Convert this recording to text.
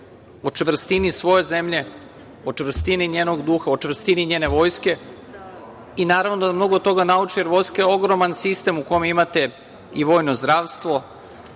o čvrstini svoje zemlje, o čvrstini njenog duha, o čvrstini njene vojske i naravno da mnogo toga nauče, jer vojska je ogroman sistem u kome imate i vojno zdravstvo,